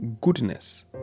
goodness